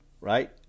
Right